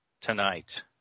tonight